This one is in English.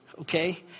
Okay